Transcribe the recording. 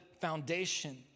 foundation